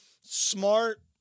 smart